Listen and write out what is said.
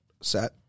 set